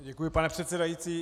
Děkuji, pane předsedající.